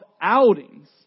outings